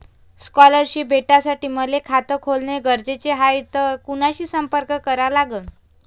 Scholarship भेटासाठी मले खात खोलने गरजेचे हाय तर कुणाशी संपर्क करा लागन?